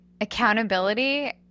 accountability